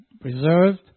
preserved